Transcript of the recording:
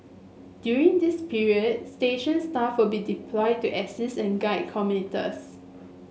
during this period station staff will be deployed to assist and guide commuters